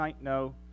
No